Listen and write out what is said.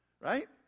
right